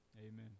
Amen